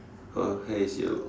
her hair is yellow